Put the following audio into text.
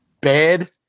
bad